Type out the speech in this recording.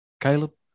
Caleb